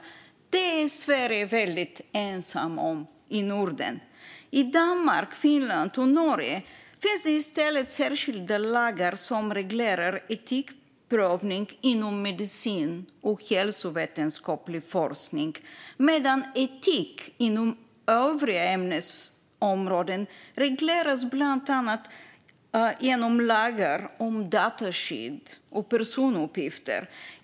Det är Sverige väldigt ensamt om i Norden. I Danmark, Finland och Norge finns det i stället särskilda lagar som reglerar etikprövning inom medicin och hälsovetenskaplig forskning medan etik inom övriga ämnesområden regleras i bland annat lagar om dataskydd och personuppgifter.